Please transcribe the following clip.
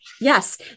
Yes